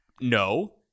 No